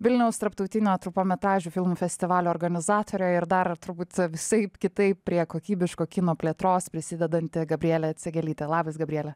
vilniaus tarptautinio trumpametražių filmų festivalio organizatorė ir dar turbūt visaip kitaip prie kokybiško kino plėtros prisidedanti gabrielė cegialytė labas gabriele